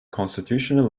constitutional